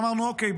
ואמרנו: אוקיי,